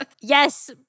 Yes